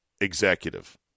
executive